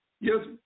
Yes